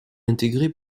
intégré